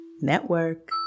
Network